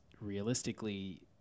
realistically